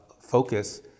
focus